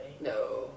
No